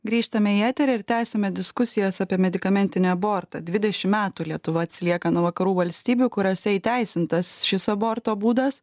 grįžtame į eterį ir tęsiame diskusijas apie medikamentinį abortą dvidešim metų lietuva atsilieka nuo vakarų valstybių kuriose įteisintas šis aborto būdas